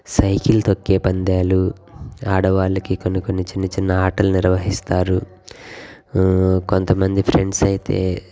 cycle తొక్కే పందాలు ఆడవాళ్ళకి కొన్ని కొన్ని చిన్న చిన్న ఆటలు నిర్వహిస్తారు కొంతమంది ఫ్రెండ్స్ అయితే